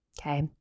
okay